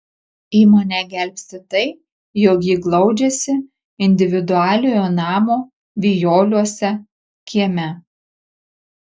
įmonę gelbsti tai jog ji glaudžiasi individualiojo namo vijoliuose kieme